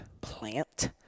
plant